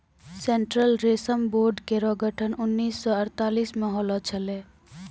central रेशम board केरो गठन उन्नीस सौ अड़तालीस म होलो छलै